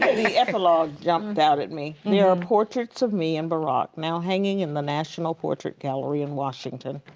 the epilogue jumped out at me. there are portraits of me and barack, now hanging in the national portrait gallery in washington,